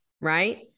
right